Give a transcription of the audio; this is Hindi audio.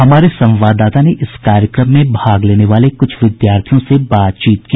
हमारे संवाददाता ने इस कार्यक्रम में भाग लेने वाले क्छ विद्यार्थियों से बातचीत की